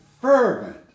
fervent